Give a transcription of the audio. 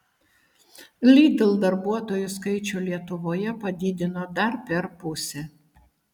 lidl darbuotojų skaičių lietuvoje padidino dar per pusę